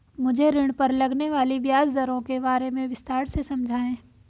मुझे ऋण पर लगने वाली ब्याज दरों के बारे में विस्तार से समझाएं